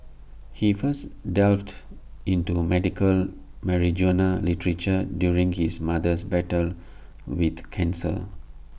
he first delved into medical marijuana literature during his mother's battle with cancer